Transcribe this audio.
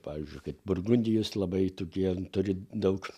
pavyzdžiui kaip burgundijos labai tokie turi daug